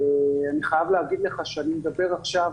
אני חייב להגיד לך שאני מדבר עכשיו